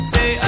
Say